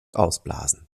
ausblasen